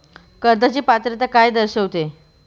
कर्जाची पात्रता काय दर्शविते?